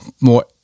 more